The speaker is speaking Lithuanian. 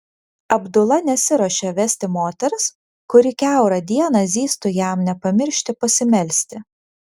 abdula nesiruošė vesti moters kuri kiaurą dieną zyztų jam nepamiršti pasimelsti